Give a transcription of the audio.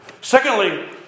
Secondly